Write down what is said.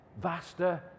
vaster